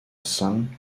son